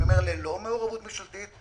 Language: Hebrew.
אני אומר ללא מעורבות ממשלתית,